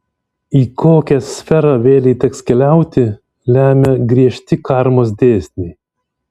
į kokią sferą vėlei teks keliauti lemia griežti karmos dėsniai